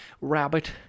rabbit